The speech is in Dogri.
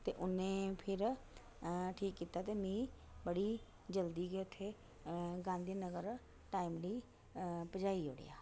ते उन्ने फिर ठीक कीता ते मिकी बड़ी जल्दी गै उत्थें गांधीनगर टाइमली पजाई ओड़ेआ